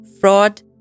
fraud